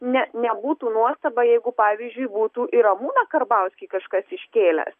ne nebūtų nuostaba jeigu pavyzdžiui būtų ir ramūną karbauskį kažkas iškėlęs